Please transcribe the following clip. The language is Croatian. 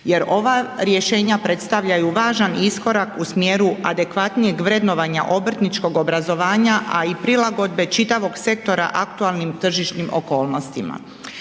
jer ova rješenja predstavljaju važan iskorak u smjeru adekvatnijeg vrednovanja obrtničkog obrazovanja, a i prilagodbe čitavog sektora aktualnim tržišnim okolnostima.